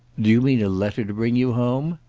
do you mean a letter to bring you home?